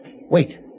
Wait